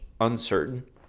uncertain